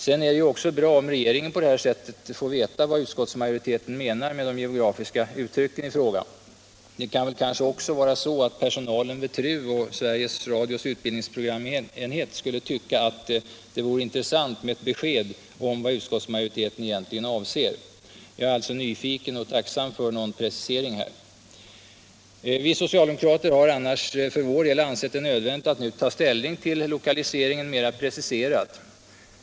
Sedan är det också bra om regeringen på denna punkt får veta vad majoriteten menar med de geografiska uttrycken i fråga. Personalen vid TRU och Sveriges Radios utbildningsprogramenhet kanske också skulle tycka att det vore intressant med ett besked om vad utskottsmajoriteten egentligen avser. Jag är alltså nyfiken på och tacksam för en precisering på denna punkt. Vi socialdemokrater har för vår del ansett det nödvändigt att nu ta ställning till lokaliseringen mera preciserat.